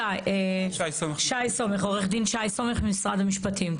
שי סומך, עו"ד שי סומך ממשרד המשפטים.